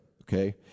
okay